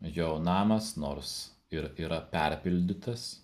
jo namas nors ir yra perpildytas